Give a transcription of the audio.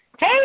Hey